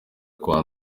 kwa